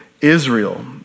Israel